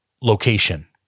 location